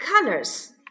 Colors